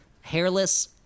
hairless